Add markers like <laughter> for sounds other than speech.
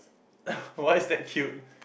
<noise> why is that cute